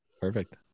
Perfect